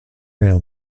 rail